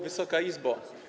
Wysoka Izbo!